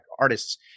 artists